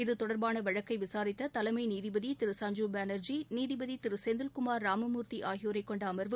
இது தொடர்பான வழக்கை விசாரித்த தலைமை நீதிபதி திரு சஞ்சீவ் பானர்ஜி நீதிபதி திரு செந்தில்குமார் ராமமூர்த்தி ஆகியோரைக்கொண்ட அமர்வு